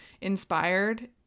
inspired